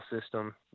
system